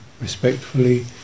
respectfully